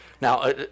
Now